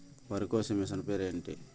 వరి కోసే మిషన్ పేరు ఏంటి